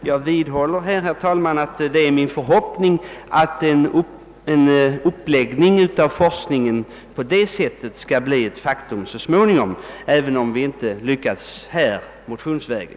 Jag vidhåller, herr talman, min förhoppning att en sådan uppläggning av forskningen skall bli ett faktum så småningom, även om vi inte nu lyckas åstadkomma den motionsvägen.